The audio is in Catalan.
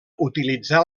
utilitzar